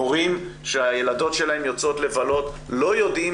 הורים שהילדות שלהם יוצאות לבלות לא יודעים